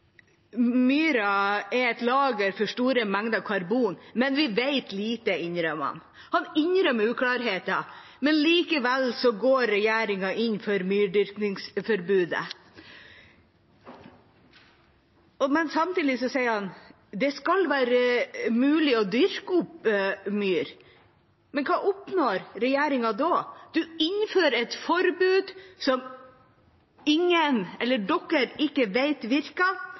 er et lager for store mengder karbon, men vi vet lite, innrømmer han. Han innrømmer uklarheten, men likevel går regjeringa inn for myrdyrkingsforbudet. Samtidig sier han at det skal være mulig å dyrke opp myr, men hva oppnår regjeringa da? En innfører et forbud som